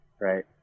right